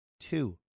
Two